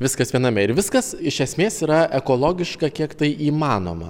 viskas viename ir viskas iš esmės yra ekologiška kiek tai įmanoma